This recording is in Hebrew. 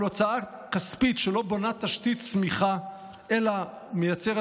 כל הוצאה כספית שלא בונה תשתית צמיחה אלא מייצרת